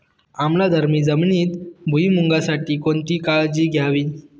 आम्लधर्मी जमिनीत भुईमूगासाठी कोणती काळजी घ्यावी?